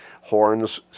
horns